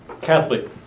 Catholic